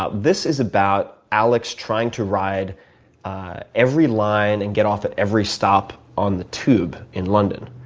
ah this is about alex trying to ride every line and get off at every stop on the tube in london,